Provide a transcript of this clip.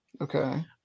Okay